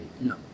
No